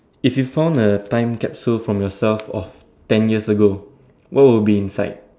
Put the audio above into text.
if you found a time capsule from yourself ten years ago what would be inside